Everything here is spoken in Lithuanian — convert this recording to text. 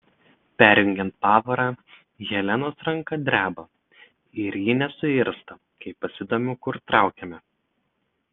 perjungiant pavarą helenos ranka dreba ir ji nesuirzta kai pasidomiu kur traukiame